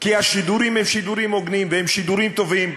כי השידורים הם שידורים הוגנים והם שידורים טובים.